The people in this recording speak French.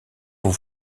vous